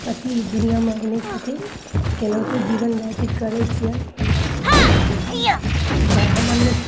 पति दुनिआँमे नहि छथिन केनहितो जीवन व्यतीत करय छियनि आब आब ब्राम्हणमे